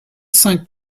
cinq